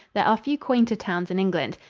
there are few quainter towns in england.